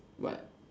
what